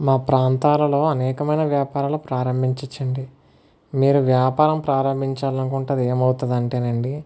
మా ప్రాంతాలలో అనేకమైన వ్యాపారాలు ప్రారంభించ వచ్చండి మీరు వ్యాపారం ప్రారంభించాలనుకుంటే ఏమవుతుంది అంటే నండి